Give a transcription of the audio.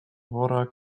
wora